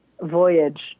voyage